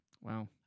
Wow